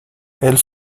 elles